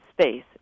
space